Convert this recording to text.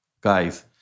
guys